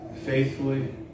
faithfully